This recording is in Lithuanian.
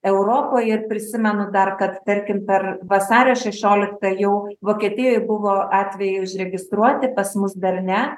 europoj ir prisimenu dar kad tarkim per vasario šešioliktą jau vokietijoj buvo atvejai užregistruoti pas mus dar ne